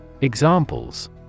Examples